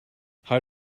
how